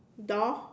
door